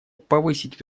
повысить